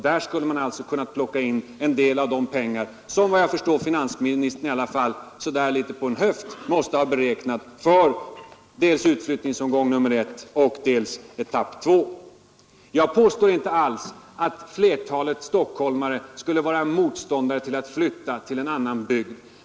Där skulle man kunna plocka in en del av de pengar som, efter vad jag förstår, finansministern i alla fall litet på en höft måste ha beräknat för utflyttningsetapperna 1 och 2 Jag påstår inte alls att stockholmare i princip skulle vara motståndare till att flytta till en annan bygd.